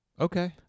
Okay